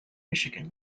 michigan